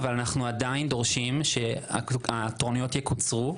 אבל אנחנו עדיין דורשים שהתורנויות יקוצרו.